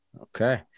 Okay